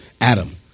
Adam